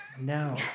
No